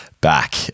back